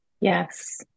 Yes